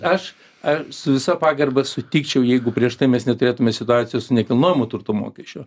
aš a su visa pagarba sutikčiau jeigu prieš tai mes neturėtume situacijos su nekilnojamo turto mokesčiu